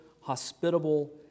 hospitable